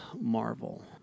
Marvel